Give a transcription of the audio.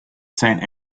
saint